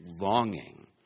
longing